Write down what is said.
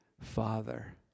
father